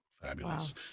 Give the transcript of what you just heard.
Fabulous